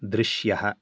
दृश्यः